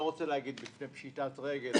לא רוצה להגיד לפני פשיטת רגל,